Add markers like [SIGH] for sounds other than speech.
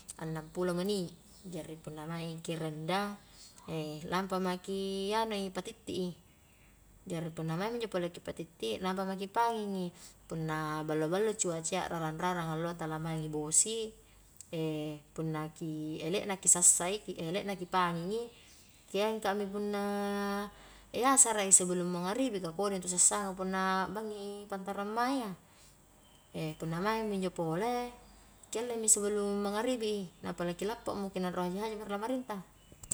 Annang pulo meni', jari punna maeng ki rendam, [HESITATION] lampa maki anui, patitti i, jari punna maengmi injo pole ki patitti, nampa maki pangnging i, punna ballo-ballo cuacayya rarang-rarang alloa tala maing bosi, [HESITATION] punna elekna ki sassai, ele'na ki panging i ki engkami punna [HESITATION] asara i sebelum mangaribi, ka kodi intu sassang a punna bangngi i pantarang mae iya, [HESITATION] punna maingmi injo pole kiallemi sebelum mangaribi i, nampa laki lappamo ki nanro haji-haji ri lamaringta.